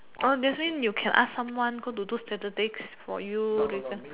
this thing you can ask someone go to do statistic for you regard